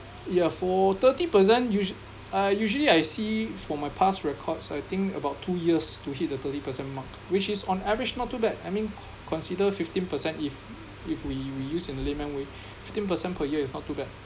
ya for thirty percent usual uh usually I see from my past records I think about two years to hit the thirty percent mark which is on average not too bad I mean consider fifteen percent if if we reuse in a layman way fifteen percent per year is not too bad